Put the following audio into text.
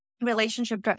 relationship